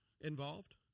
involved